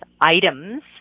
items